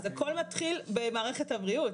אז הכל מתחיל במערכת הבריאות,